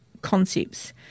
concepts